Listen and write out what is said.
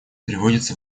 проводится